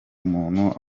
umuntu